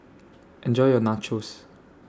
Enjoy your Nachos